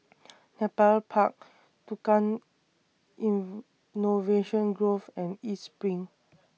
Nepal Park Tukang Innovation Grove and East SPRING